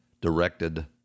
directed